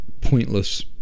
pointless